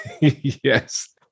Yes